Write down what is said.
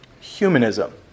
Humanism